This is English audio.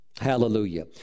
Hallelujah